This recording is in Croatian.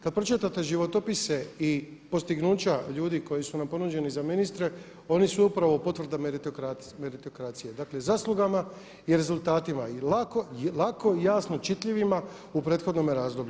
Kada pročitate životopise i postignuća ljudi koji su nam ponuđeni za ministre oni su upravo potvrda meritokracije, dakle zaslugama i rezultatima i lako i jasno čitljivima u prethodnome razdoblju.